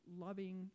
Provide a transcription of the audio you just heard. loving